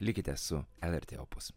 likite su lrt opus